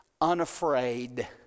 unafraid